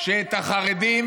שאת החרדים